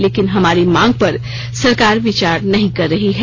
लेकिन हमारी मांग पर सरकार विचार नहीं कर रही है